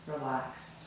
relaxed